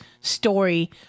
story